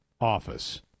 office